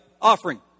offering